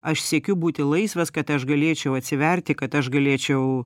aš siekiu būti laisvas kad aš galėčiau atsiverti kad aš galėčiau